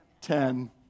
Ten